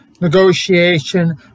negotiation